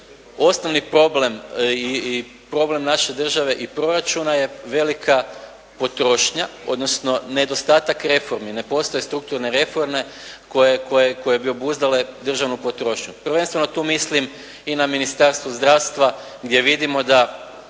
osnovni problem i problem naše države i proračuna je velika potrošnja odnosno nedostatak reformi. Ne postoje strukturne reforme koje bi obuzdale državnu potrošnju. Prvenstveno tu mislim i na Ministarstvo zdravstva gdje vidimo da